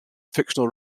fictional